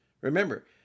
Remember